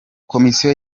komisiyo